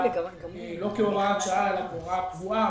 לא כהוראת שעה אלא בהוראה קבועה.